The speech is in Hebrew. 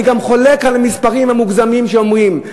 אני גם חולק על המספרים המוגזמים שאומרים.